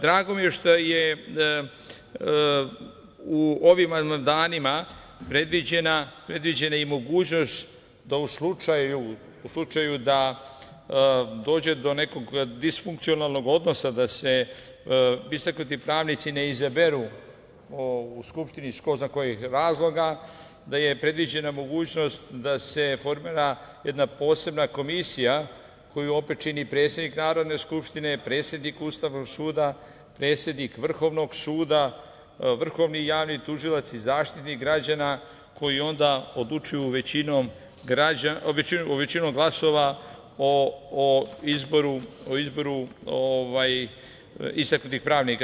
Drago mi je što je u ovom amandmanima predviđena je i mogućnost da u slučaju dođe do nekog disfunkcionalnog odnosa, da se istaknuti pravnici ne izaberu u Skupštini iz ko zna kojeg razloga, da je predviđena mogućnost da se formira jedna posebna komisija koju opet čini predsednik Narodne skupštine, predsednik Ustavnog suda, predsednik Vrhovnog suda, Vrhovni javni tužilac, Zaštitnik građana, koji onda odlučuju većinom glasova o izboru istaknutih pravnika.